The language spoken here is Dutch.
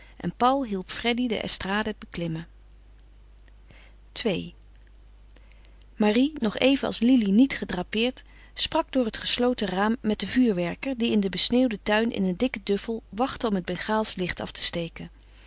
en paul hielp freddy de estrade beklimmen ii marie nog even als lili niet gedrapeerd sprak door het gesloten raam met den vuurwerker die in den besneeuwden tuin in een dikken duffel wachtte om het bengaalsch licht af te steken